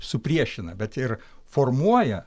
supriešina bet ir formuoja